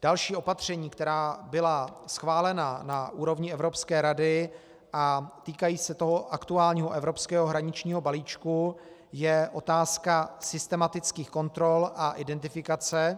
Další opatření, která byla schválena na úrovni Evropské rady a týkají se toho aktuálního evropského balíčku, je otázka systematických kontrol a identifikace.